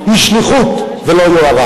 כך הוא אמר,